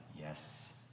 Yes